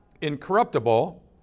incorruptible